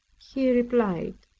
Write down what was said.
he replied